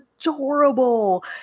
adorable